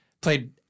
Played